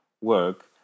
work